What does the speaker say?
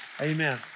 amen